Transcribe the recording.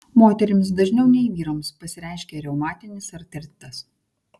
moterims dažniau nei vyrams pasireiškia reumatinis artritas